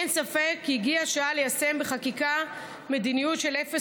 אין ספק כי הגיעה השעה ליישם בחקיקה מדיניות של אפס